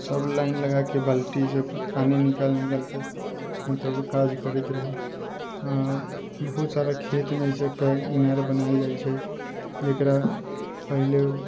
सभ लाइन लगा कऽ बाल्टीसँ पानि निकालि निकालि कऽ मतलब काज करैत रहय आओर बहुत सारा खेतमे जे छै पैघ इनार बनायल जाइ छै जकरा पहिले